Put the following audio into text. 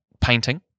painting